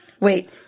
Wait